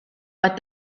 what